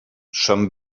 són